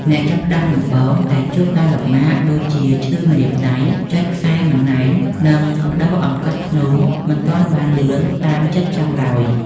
អ្នកចាប់ផ្តើមដំបូងតែងជួបការលំបាកដូចជាឈឺម្រាមដៃ ចុចខ្សែមិនណែន និង ប្តូរអង្កត់ធ្នូមិនទាន់បានលឿនតាមចិត្តចង់ឡើយ។